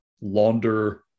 launder